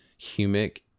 humic